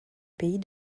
pays